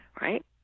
right